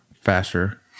faster